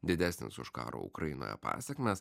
didesnis už karo ukrainoje pasekmes